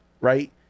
right